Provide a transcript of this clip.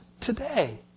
today